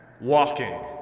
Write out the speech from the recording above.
Walking